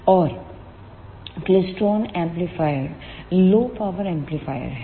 और क्लेस्ट्रॉन एम्पलीफायरों low power amplifier हैं